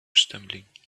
stumbling